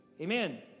Amen